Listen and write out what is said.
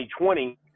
2020